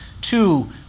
Two